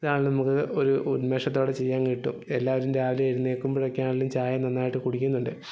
ഇതാണെങ്കിലും നമുക്ക് ഒരു ഉന്മേഷത്തോടെ ചെയ്യാൻ കിട്ടും എല്ലാവരും രാവിലെ എഴുന്നേൽക്കുമ്പോഴൊക്കെ ആണെങ്കിലും ചായ നന്നായിട്ട് കുടിക്കുന്നുണ്ട്